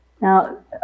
Now